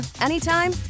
anytime